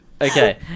Okay